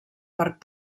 part